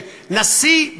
שנשיא,